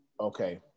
okay